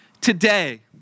today